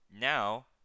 Now